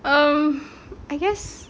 um I guess